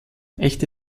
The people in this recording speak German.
echte